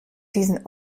diesen